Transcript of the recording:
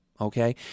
okay